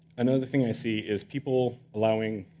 another thing i see is people allowing